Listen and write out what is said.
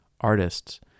artists